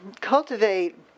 cultivate